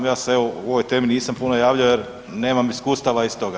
Ja se evo u ovoj temi nisam puno javljao jer nemam iskustava iz toga.